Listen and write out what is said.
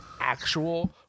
actual